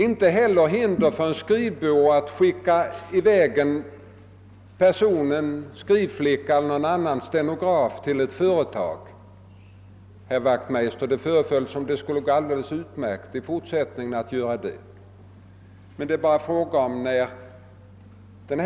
Inte heller föreligger något hinder för en skrivbyrå att skicka i väg någon maskinskriverska eller stenograf till ett företag, herr Wachtmeister — det förefaller som om det i fortsättningen skulle gå alldeles utmärkt att göra det.